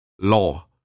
law